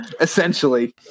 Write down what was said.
Essentially